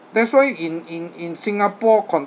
therefore in in in singapore con~